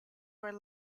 were